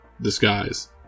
Disguise